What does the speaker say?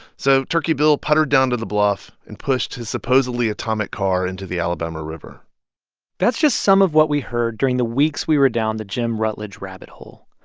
so turkey bill puttered down to the bluff and pushed his supposedly atomic car into the alabama river that's just some of what we heard during the weeks we were down the jim rutledge rabbit hole.